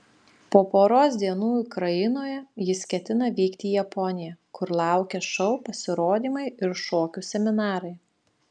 po poros dienų ukrainoje jis ketina vykti į japoniją kur laukia šou pasirodymai ir šokių seminarai